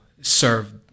serve